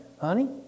honey